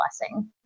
blessing